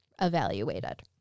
evaluated